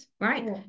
right